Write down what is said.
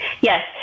Yes